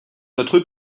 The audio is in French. notre